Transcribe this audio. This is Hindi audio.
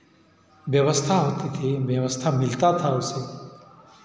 व्यवस्था होती थी व्यवस्था मिलता था उसे